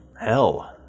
hell